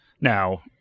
Now